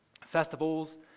festivals